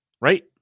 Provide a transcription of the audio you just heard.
Right